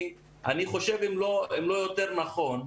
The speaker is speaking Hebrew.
אני חושב אם לא יותר נכון בינתיים,